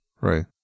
right